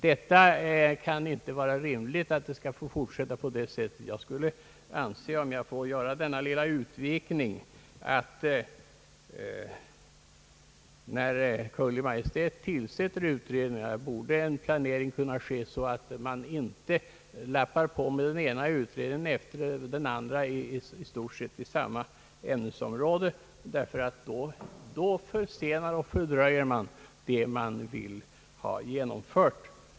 Det kan inte vara rimligt att den ordningen får fortsätta. Jag anser — om jag får göra den lilla utvikningen — att när Kungl. Maj:t tillsätter utredningar borde en planering kunna ske så att man inte lappar på med den ena utredningen efter den andra inom i stort sett samma ämnesområde, därför att då försenar och fördröjer man det man vill ha genomfört.